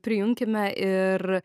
prijunkime ir